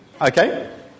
Okay